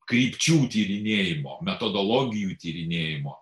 krypčių tyrinėjimo metodologijų tyrinėjimo